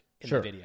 Sure